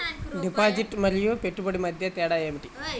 Deposit మరియు పెట్టుబడి మధ్య తేడా ఏమిటి?